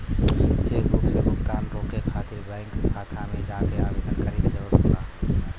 chequebook से भुगतान रोके खातिर बैंक शाखा में जाके आवेदन करे क जरुरत होला